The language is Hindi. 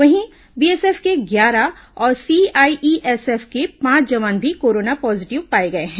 वहीं बीएसएफ के ग्यारह और सीआईएसएफ के पांच जवान भी कोरोना पॉजीटिव पाए गए हैं